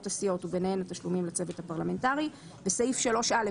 (4)סעיף 3א,